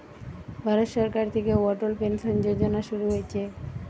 ভারত সরকার থিকে অটল পেনসন যোজনা শুরু হইছে